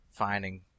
finding